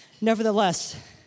Nevertheless